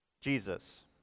Jesus